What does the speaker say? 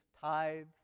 tithes